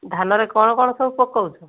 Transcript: ଧାନରେ କଣ କଣ ସବୁ ପକାଉଛ